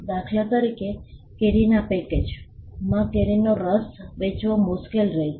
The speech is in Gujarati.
દાખલા તરીકે કેરીના પેકેજમાં કેરીનો રસ વેચવો મુશ્કેલ રહેશે